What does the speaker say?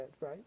right